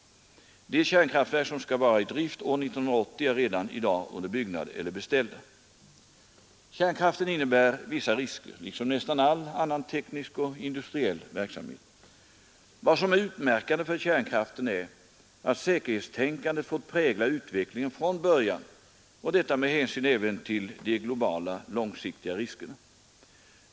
De kärnkraftverk som skall vara i drift år 1980 är redan i dag under byggnad eller beställda. Kärnkraften innebär vissa risker, liksom nästan all annan teknisk och industriell verksamhet. Vad som är utmärkande för kärnkraften är att säkerhetstänkandet fått prägla utvecklingen från början, och detta med hänsyn även till de globala långsiktiga riskerna.